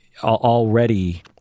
already